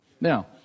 Now